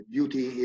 Beauty